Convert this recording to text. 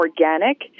organic